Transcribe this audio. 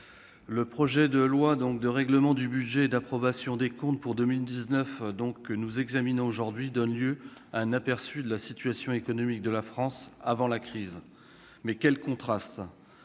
Le projet de loi de règlement du budget et d'approbation des comptes pour l'année 2019, que nous examinons aujourd'hui, donne un aperçu de la situation économique de la France avant la crise. Quel contraste !